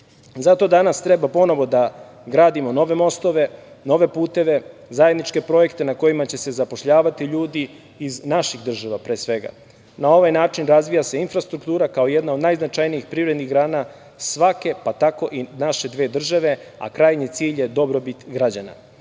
danas treba ponovo da gradimo nove mostove, nove puteve, zajedničke projekte, na kojima će se zapošljavati ljudi iz naših država, pre svega. Na ovaj način razvija se infrastruktura, kao jedna od najznačajnijih privrednih grana svake, pa tako i naše dve države, a krajnji cilj je dobrobit građana,